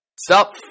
stop